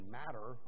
matter